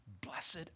blessed